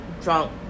drunk